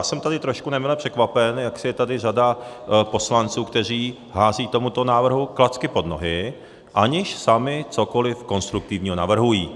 Jsem trošku nemile překvapen, jak je tady řada poslanců, kteří házejí tomuto návrhu klacky pod nohy, aniž sami cokoliv konstruktivního navrhují.